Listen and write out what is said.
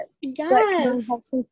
yes